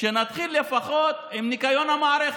ושנתחיל לפחות עם ניקיון המערכת,